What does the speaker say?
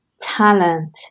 talent